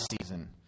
season